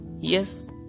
Yes